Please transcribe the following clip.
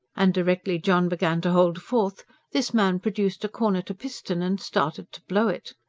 and directly john began to hold forth this man produced a cornet-a-piston and started to blow it.